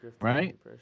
Right